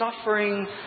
suffering